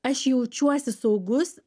aš jaučiuosi saugus